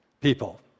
people